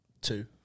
two